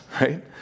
right